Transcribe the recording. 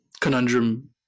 conundrum